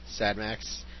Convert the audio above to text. Sadmax